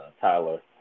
Tyler